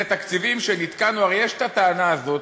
"זה תקציבים שנתקענו" הרי יש הטענה הזאת,